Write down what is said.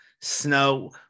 snow